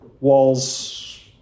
walls